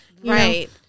right